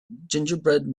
gingerbread